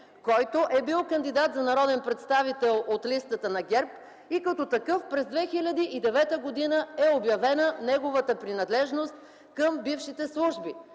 който е бил кандидат за народен представител от листата на ГЕРБ и в качеството му на такъв през 2009 г. е обявена неговата принадлежност към бившите служби.